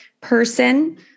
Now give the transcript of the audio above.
person